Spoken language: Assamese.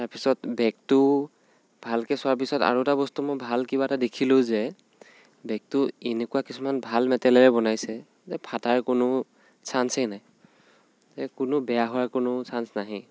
তাৰপাছত বেগটো ভালকৈ চোৱাৰ পিছত আৰু এটা বস্তু মই ভাল কিবা এটা দেখিলোঁ যে বেগটো এনেকুৱা কিছুমান ভাল মেটেলেৰে বনাইছে যে ফটাৰ কোনো চান্সেই নাই কোনো বেয়া হোৱাৰ কোনো চান্স নাহেই